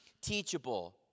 teachable